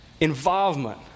involvement